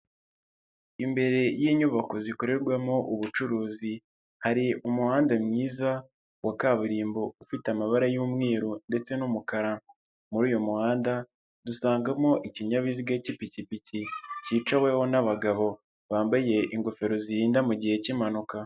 Imbere y'inyubako zikorerwamo ubucuruzi, hari umuhanda mwiza wa kaburimbo ufite amabara y'umweru ndetse n'umukara, muri uyu muhanda dusangamo ikinyabiziga cy'ipikipiki, cyicaweho n'abagabo bambaye ingofero zirinda mu gihe cy'impanuka.